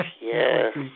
Yes